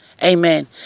Amen